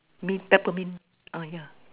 mint Peppermint ah yeah